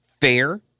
fair